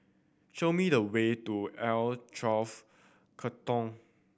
show me the way to L Twelve Katong